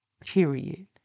period